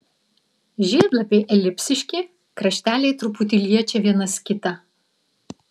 žiedlapiai elipsiški krašteliai truputį liečia vienas kitą